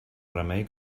remei